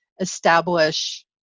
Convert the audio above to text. establish